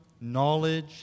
knowledge